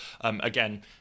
Again